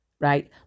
right